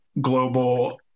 global